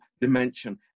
dimension